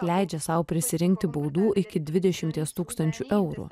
leidžia sau prisirinkti baudų iki dvidešimties tūkstančių eurų